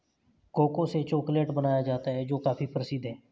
cocoa से chocolate बनाया जाता है जो काफी प्रसिद्ध है